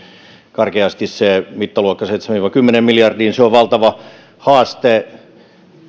karkeasti sen mittaluokan seitsemään viiva kymmeneen miljardiin se on valtava haaste